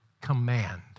command